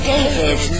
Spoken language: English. David